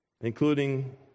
including